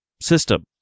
system